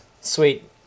Sweet